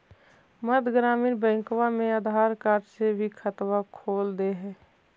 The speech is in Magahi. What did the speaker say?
मध्य ग्रामीण बैंकवा मे आधार कार्ड से भी खतवा खोल दे है?